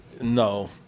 No